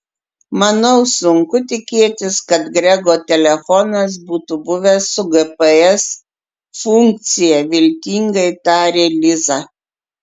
manau sunku tikėtis kad grego telefonas būtų buvęs su gps funkcija viltingai tarė liza